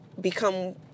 become